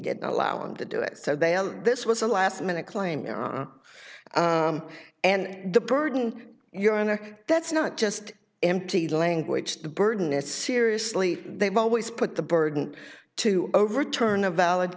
did not allow him to do it this was a last minute claim and the burden your honor that's not just empty language the burden is seriously they've always put the burden to overturn a valid